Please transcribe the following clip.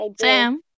Sam